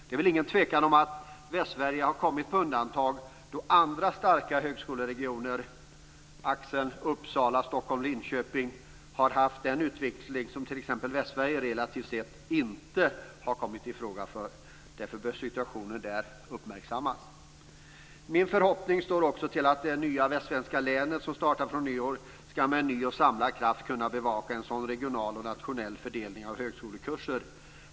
Det är väl ingen tvekan om att Västsverige har kommit på undantag då andra starka högskoleregioner - axeln Uppsala-Stockholm-Linköping - har haft den utveckling som t.ex. Västsverige relativt sett inte har kommit i fråga för. Därför bör situationen där uppmärksammas. Min förhoppning står också till att det nya västsvenska länet, som startar från nyår, skall med ny och samlad kraft kunna bevaka en sådan regional och nationell fördelning av högskoleresurser.